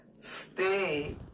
Stay